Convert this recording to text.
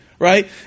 Right